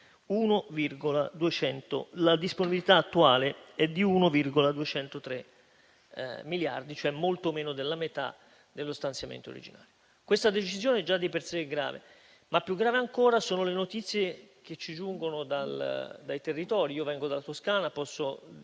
La disponibilità attuale è di 1,203 miliardi, molto meno della metà dello stanziamento originario. Questa decisione già di per sé è grave, ma più grave ancora sono le notizie che ci giungono dai territori. Io vengo dalla Toscana e posso dire